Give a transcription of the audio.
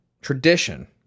tradition